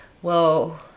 whoa